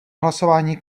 hlasování